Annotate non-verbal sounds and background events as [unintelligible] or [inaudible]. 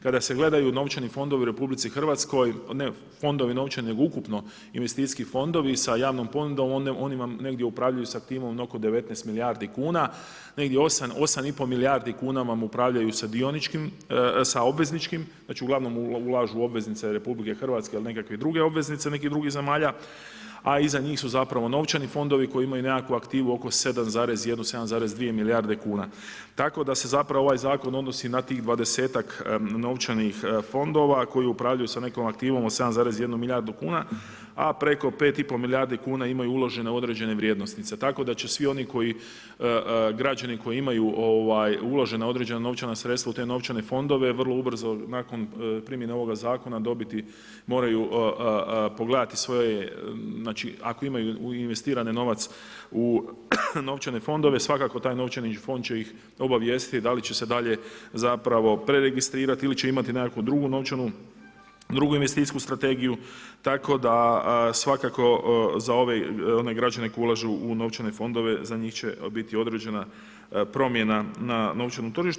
Kada se gledaju novčani fondovi u RH, ne fondovi novčani, nego ukupno investicijski fondovi sa javnom ponudom, oni vam negdje upravljaju sa … [unintelligible] oko 19 milijardi kuna, negdje 8, 8 i pol milijardi kuna vam upravljaju sa dioničkim, sa obvezničkim, dakle uglavnom ulažu u obveznice RH ili nekakve druge obveznice nekih drugih zemalja, a iza njih su zapravo novčani fondovi koji imaju nekakvu aktivu oko 7,1, 7,2 milijarde kuna. tako da se zapravo ovaj zakon odnosi na tih 20ak novčanih fondova koji upravljaju sa nekom aktivom od 7,1 milijardu kuna, a preko 5 i pol milijardi kuna imaju uložene određene vrijednosnice, tako da će svi oni građani koji imaju uložena određena novčana sredstva u te novčane fondove vrlo ubrzo nakon primjene ovoga zakona moraju pogledati svoje, znači ako imaju u investirane novac u novčane fondove svakako taj novčani fond će ih obavijestiti da li će se dalje zapravo preregistrirat ili će imati nekakvu drugu investicijsku strategiju tako da svakako za one građane koji ulažu u novčane fondove, za njih će biti određena promjena na novčanom tržištu.